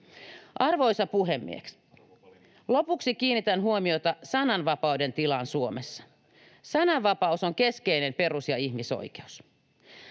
Arvoisa puhemies! Lopuksi kiinnitän huomiota sananvapauden tilaan Suomessa. Sananvapaus on keskeinen perus‑ ja ihmisoikeus.